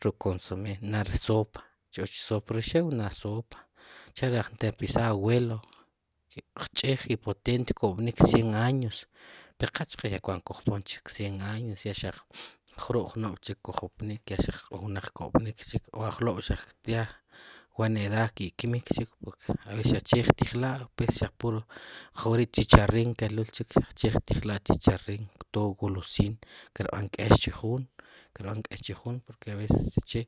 ruk' consomé narda r sopa, k'ochr sopa, k'och sopa, ri xew sopa cha' si antepasado abuelo kch'iij i potente kopnik cien años, ri qe chqe kuant xkupoon cien años, ya xaq jrub' jnob' chik kujopnik ya xaq k'o wnaq ko'pnik chik k'o ajk'lob' xaq ya cuan edad ki' kmik chik porque xaq che ktiijla' pues zaq puro ak'ori' chicharrin keluul chik che ktiijla' chicharrin todo golosina kirb'an k'ex chi jun, kirb'an k'ex chi jun porque a veces chi che